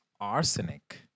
arsenic